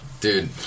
Dude